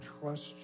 trust